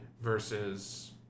versus